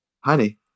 Honey